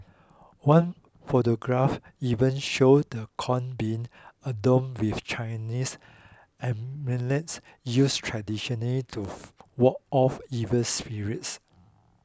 one photograph even showed the cones being adorn with Chinese amulets used traditionally to ward off evil spirits